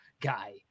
guy